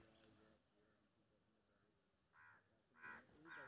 अधिक दूध उत्पादन के लेल कोन चारा खिलाना चाही?